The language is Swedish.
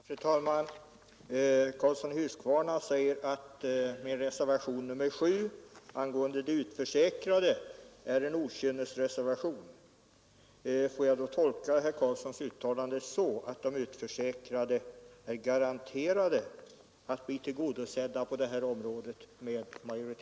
Fru talman! Herr Karlsson i Huskvarna säger att min reservation nr 7 angående de utförsäkrade är en okynnesreservation. Skall jag då tolka herr Karlssons uttalande så att de utförsäkrade med majoritetens förslag är garanterade att bli tillgodosedda på det här området?